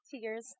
tears